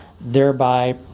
thereby